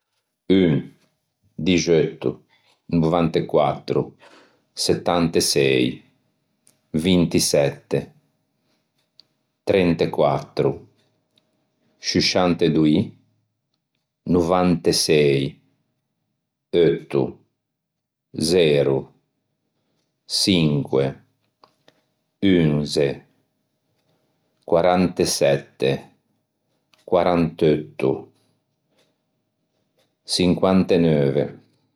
un, dixeutto, novantequattro, settantesei, vintisette, trentequattro, sciusciantedoi, novantesei, eutto, zero, çinque, unze, quarantesette, quaranteutto, çinquanteneuve.